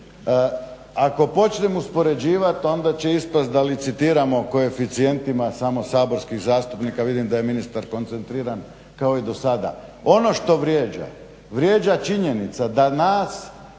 ako počnem uspoređivat onda će ispast da licitiramo koeficijentima samo saborskih zastupnika, vidim da je ministar koncentriran kao i do sada. Ono što vrijeđa, vrijeđa činjenica da nas